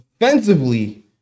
defensively